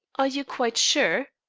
are you quite sure?